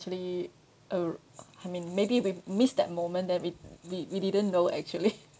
actually uh I mean maybe we miss that moment that we we we didn't know actually